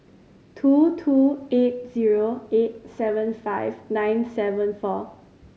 two two eight zero eight seven five nine seven four